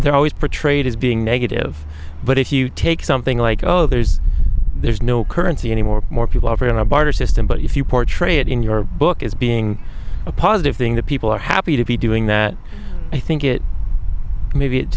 they're always portrayed as being negative but if you take something like oh there's there's no currency anymore more people are in a barter system but if you portray it in your book as being a positive thing that people are happy to be doing that i think it maybe it